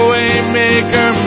Waymaker